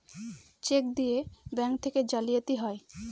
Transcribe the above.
check দিয়ে bank থেকে জালিয়াতি হয়